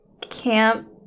camp